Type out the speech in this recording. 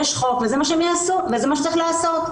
יש חוק וזה מה שצריך לעשות.